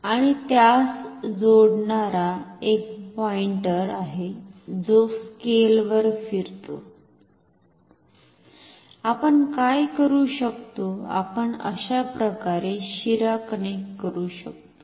आणि त्यास जोडणारा एक पॉईंटर आहे जो स्केलवर फिरतो आपण काय करू शकतो आपण अशा प्रकारे शिरा कनेक्ट करू शकतो